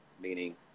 meaning